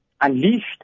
unleashed